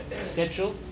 schedule